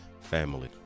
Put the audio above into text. family